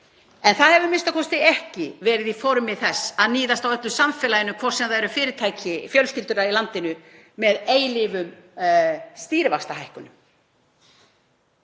en það hefur a.m.k. ekki verið í formi þess að níðast á öllu samfélaginu, hvort sem það eru fyrirtæki eða fjölskyldurnar í landinu, með eilífum stýrivaxtahækkunum.